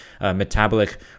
metabolic